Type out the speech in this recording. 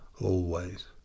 always